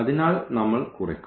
അതിനാൽ നമ്മൾ കുറയ്ക്കും